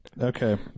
Okay